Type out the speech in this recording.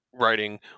writing